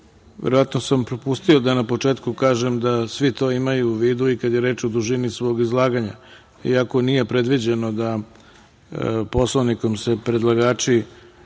verovatno sam propustio da na početku kažem da svi to imaju u vidu i kad je reč o dužini svog izlaganja. Iako nije predviđeno da se Poslovnikom predlagači